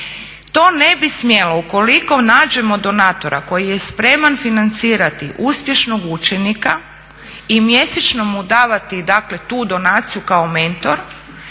To ne bi smjelo. Ukoliko nađemo donatora koji je spreman financirati uspješnog učenika i mjesečno mu davati dakle tu donaciju kao mentor